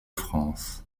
france